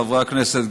חברי הכנסת,